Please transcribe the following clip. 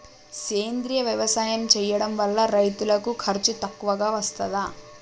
సేంద్రీయ వ్యవసాయం చేయడం వల్ల రైతులకు ఖర్చు తక్కువగా వస్తదా?